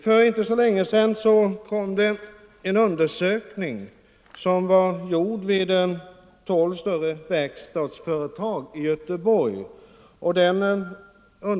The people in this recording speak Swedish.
För någon tid sedan publicerades resultatet av en undersökning som hade gjorts vid tolv större verkstadsföretag i Göteborg.